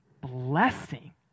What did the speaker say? blessing